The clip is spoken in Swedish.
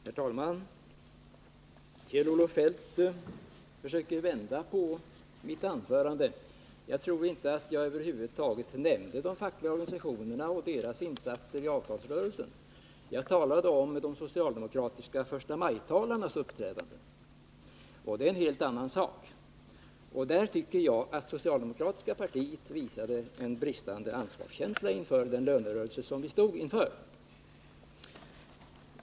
Herr talman! Kjell-Olof Feldt försöker vända på mitt anförande. Jag tror inte att jag över huvud taget nämnde de fackliga organisationerna och deras insatser i avtalsrörelsen. Jag talade om de socialdemokratiska förstamajtalarnas uppträdande, och det är en helt annan sak. Där tycker jag att det socialdemokratiska partiet visade en bristande ansvarskänsla för den lönerörelse som vi stod inför.